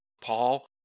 Paul